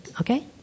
okay